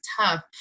tough